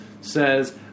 says